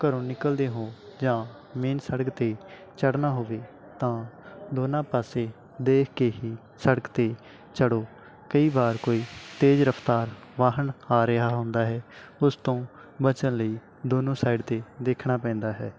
ਘਰੋਂ ਨਿਕਲਦੇ ਹੋ ਜਾਂ ਮੇਨ ਸੜਕ 'ਤੇ ਚੜ੍ਹਨਾ ਹੋਵੇ ਤਾਂ ਦੋਨਾਂ ਪਾਸੇ ਦੇਖ ਕੇ ਹੀ ਸੜਕ 'ਤੇ ਚੜ੍ਹੋ ਕਈ ਵਾਰ ਕੋਈ ਤੇਜ਼ ਰਫਤਾਰ ਵਾਹਨ ਆ ਰਿਹਾ ਹੁੰਦਾ ਹੈ ਉਸ ਤੋਂ ਬਚਣ ਲਈ ਦੋਨੋਂ ਸਾਈਡ 'ਤੇ ਦੇਖਣਾ ਪੈਂਦਾ ਹੈ